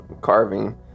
carving